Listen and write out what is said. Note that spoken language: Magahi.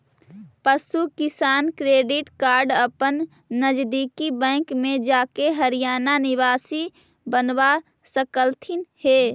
पशु किसान क्रेडिट कार्ड अपन नजदीकी बैंक में जाके हरियाणा निवासी बनवा सकलथीन हे